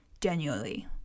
genuinely